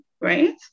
right